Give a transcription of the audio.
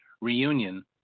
reunion